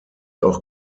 auch